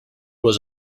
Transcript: was